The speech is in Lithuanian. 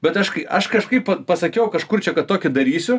bet aš kai aš kažkaip vat pasakiau kažkur čia kad tokį darysiu